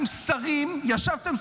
ישבתם,